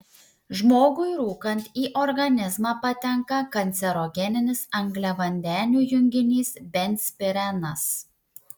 žmogui rūkant į organizmą patenka kancerogeninis angliavandenių junginys benzpirenas